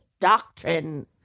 doctrine